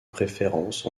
préférence